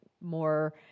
more